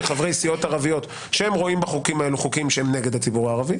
חברי סיעות ערביות שרואים בחוקים האלה חוקים שהם נגד הציבור הערבי